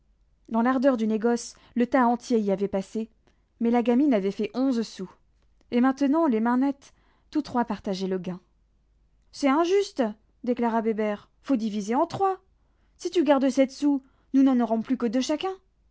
dans l'ardeur du négoce le tas entier y avait passé mais la gamine avait fait onze sous et maintenant les mains nettes tous trois partageaient le gain c'est injuste déclara bébert faut diviser en trois si tu gardes sept sous nous n'en aurons plus que deux chacun